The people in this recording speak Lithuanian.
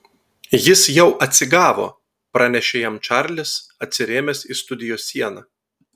jis jau atsigavo pranešė jam čarlis atsirėmęs į studijos sieną